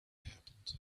happened